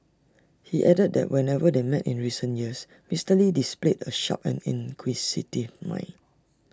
he added that whenever they met in recent years Mister lee displayed A sharp and inquisitive mind